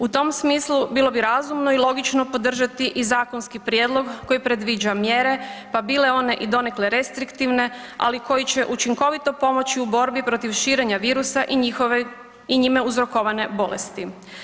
U tom smislu bilo bi razumno i logično podržati i zakonski prijedlog koji predviđa mjere pa bile one i donekle restriktivne ali koje će učinkovito pomoći u borbi protiv širenja virusa i njihove, i njime uzrokovane bolesti.